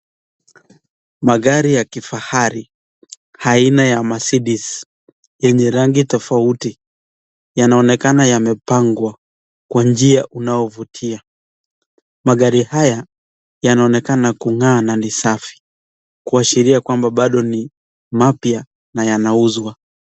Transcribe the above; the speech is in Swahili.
Magari ya kifahari aina ya mercedes yenye rangi tofauti yanaonekana yamepangwa kwa njia unaovutia magari haya yanaonekana kung'aa na ni safi kuashiria kwamba bado ni mapya na yanauzwa.